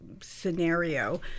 scenario